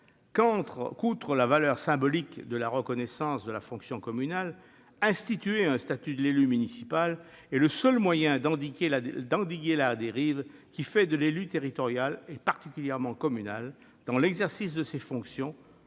outre la valeur symbolique de la reconnaissance de la fonction communale, instituer un statut de l'élu municipal est le seul moyen d'endiguer la dérive qui fait de l'élu territorial, et particulièrement communal, dans l'exercice de ses fonctions,